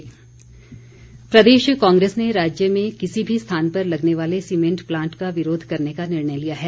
कांग्रेस प्रदेश कांग्रेस ने राज्य में किसी भी स्थान पर लगने वाले सीमेंट प्लांट का विरोध करने का निर्णय लिया है